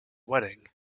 wedding